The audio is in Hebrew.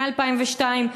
מ-2002,